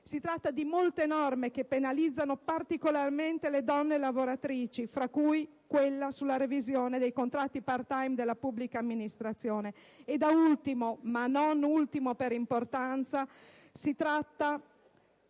territoriale; di molte norme che penalizzano particolarmente le lavoratrici, fra cui quella sulla revisione dei contratti *part-time* nella pubblica amministrazione; da ultimo, ma non ultimo per importanza, si tratta